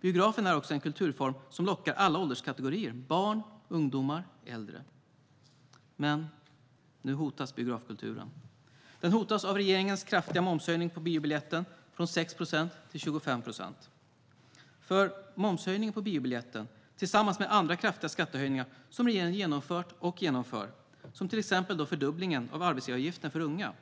Biografen är också en kulturform som lockar alla ålderskategorier: barn, ungdomar och äldre. Men nu hotas biografkulturen. Den hotas av regeringens kraftiga momshöjning på biobiljetten från 6 till 25 procent. Momshöjningen på biobiljetten är, tillsammans med andra kraftiga skattehöjningar som regeringen genomfört och genomför, till exempel fördubblingen av arbetsgivaravgiften för unga,